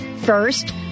First